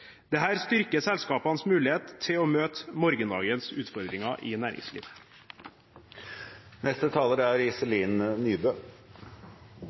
styrker selskapenes mulighet til å møte morgendagens utfordringer i næringslivet.